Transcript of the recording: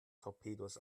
torpedos